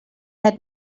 had